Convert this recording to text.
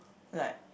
like